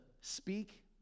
speak